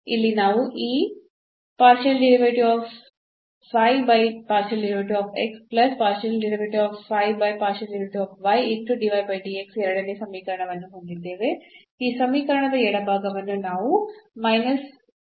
ಇಲ್ಲಿ ನಾವು ಈ ಎರಡನೇ ಸಮೀಕರಣವನ್ನು ಹೊಂದಿದ್ದೇವೆ